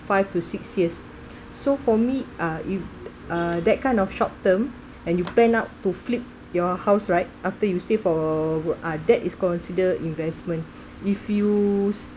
five to six years so for me ah if uh that kind of short term and you plan out to flip your house right after you stay for work ah that is considered investment if you